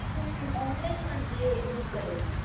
अहम् आन्लैन् मध्ये बुक् करोति